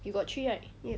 you got three right